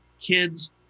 Kids